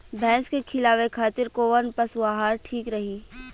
भैंस के खिलावे खातिर कोवन पशु आहार ठीक रही?